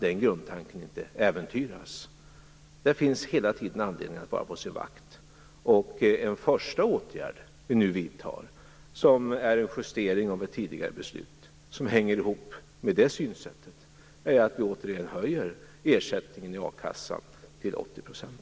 Det finns hela tiden anledning att vara på sin vakt. En första åtgärd vi nu vidtar, som är en justering av ett tidigare beslut och som hänger ihop med det synsättet, är att vi återigen höjer ersättningen i akassan till 80 %.